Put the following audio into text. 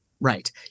Right